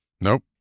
Nope